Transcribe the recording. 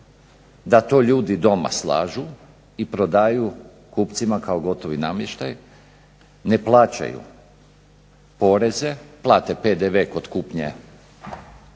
da to ljudi doma slažu i prodaju kupcima kao gotovi namještaj, ne plaćaju poreze, plate PDV kod kupnje